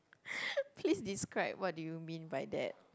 please describe what do you mean by that